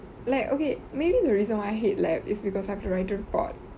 like okay maybe the reason why I hate lab is because I've to write report